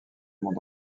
monde